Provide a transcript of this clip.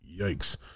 yikes